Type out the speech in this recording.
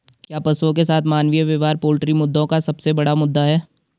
क्या पशुओं के साथ मानवीय व्यवहार पोल्ट्री मुद्दों का सबसे बड़ा मुद्दा है?